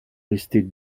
restée